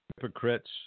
hypocrites